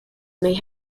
may